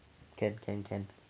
can can can